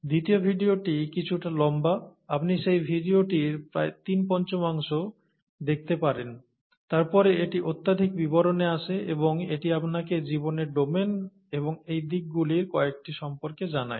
দ্বিতীয় ভিডিওটি কিছুটা লম্বা আপনি সেই ভিডিওটির প্রায় তিন পঞ্চমাংশ দেখতে পারেন তারপরে এটি অত্যধিক বিবরণে আসে এবং এটি আপনাকে জীবনের ডোমেন এবং এই দিকগুলির কয়েকটি সম্পর্কে জানায়